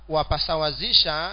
Wapasawazisha